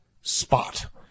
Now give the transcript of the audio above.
spot